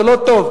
זה לא טוב,